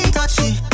Touchy